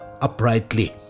uprightly